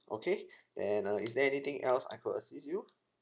okay then uh is there anything else I could assist you